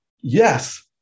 Yes